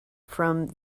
from